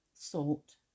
salt